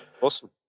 awesome